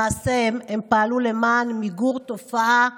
במעשיהן הן פעלו למען מיגור תופעה נלוזה.